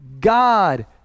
God